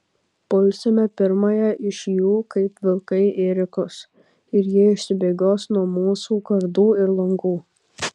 pulsime pirmąją iš jų kaip vilkai ėriukus ir jie išsibėgios nuo mūsų kardų ir lankų